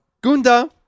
gunda